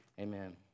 Amen